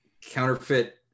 counterfeit